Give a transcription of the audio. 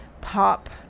pop